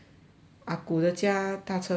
阿姑的家搭打车回来 ah